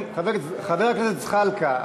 חבר הכנסת זחאלקה,